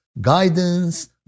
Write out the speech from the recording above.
guidance